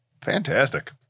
Fantastic